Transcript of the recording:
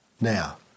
Now